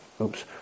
oops